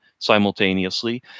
Simultaneously